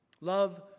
Love